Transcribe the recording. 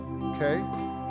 okay